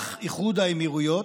אזרח איחוד האמירויות.